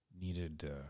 needed